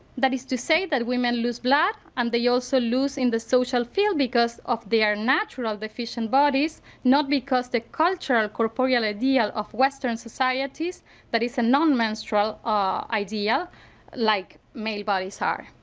that is to say that women lose blood and the also lose in the social field because of their natural deficient bodies not because the cultural corporeal idea of western societies that is a non-menstrual ah idea like male bodies are.